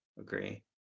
Agree